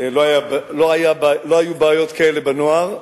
לא היו בעיות כאלה בנוער,